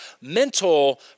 mental